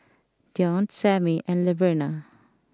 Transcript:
Deon Samie and Laverna